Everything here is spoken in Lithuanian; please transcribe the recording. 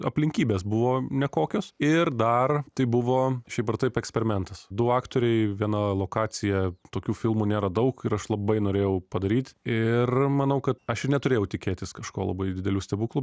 aplinkybės buvo nekokios ir dar tai buvo šiaip ar taip eksperimentas du aktoriai viena lokacija tokių filmų nėra daug ir aš labai norėjau padaryt ir manau kad aš ir neturėjau tikėtis kažko labai didelių stebuklų